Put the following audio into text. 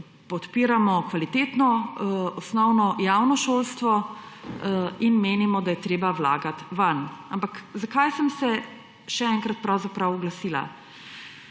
podpiramo kvalitetno javno osnovno šolstvo in menimo, da je treba vlagati vanj. Ampak zakaj sem se še enkrat pravzaprav oglasila?